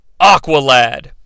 Aqualad